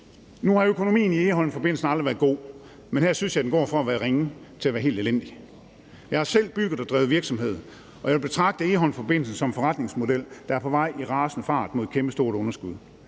Nu har økonomien i Egholmforbindelsen aldrig været god, men her synes jeg, den går fra at være ringe til at være helt elendig. Jeg har selv bygget og drevet virksomhed, og jeg vil betragte Egholmforbindelsen som en forretningsmodel, der i rasende fart er på vej mod et kæmpestort underskud.